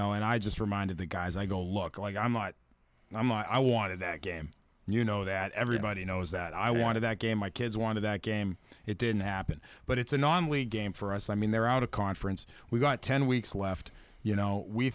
know and i just reminded the guys i go look like i'm what i'm i wanted that game you know that everybody knows that i wanted that game my kids wanted that game it didn't happen but it's a non league game for us i mean they're out of conference we've got ten weeks left you know we